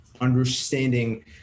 understanding